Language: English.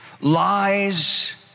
lies